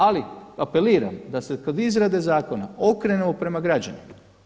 Ali apeliram da se kod izrade zakona okrenemo prema građanima.